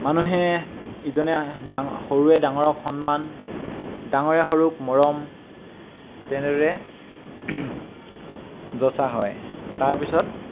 মানুহে ইজনে ডা সৰুৱে ডাঙৰক সন্মান ডাঙৰে সৰুক মৰম তেনেদৰে যচা হয় তাৰপিছত